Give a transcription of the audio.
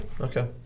Okay